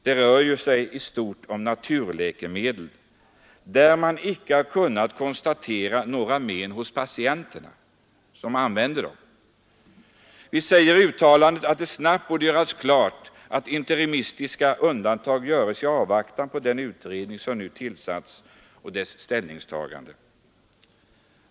Det rör sig ju i stort om naturläkemedel, där man inte har kunnat konstatera några men hos patienterna. Vi säger i yttrandet att det snabbt borde utrönas om interimistiska undantag kan göras i avvaktan på den utredning som nu tillsatts och dess ställningstagande.